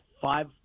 five